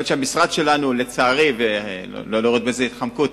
המשרד שלנו, לצערי, אני לא רואה בזה התחמקות.